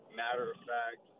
matter-of-fact